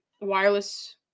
Wireless